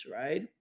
right